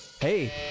hey